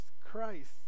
Christ